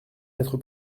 être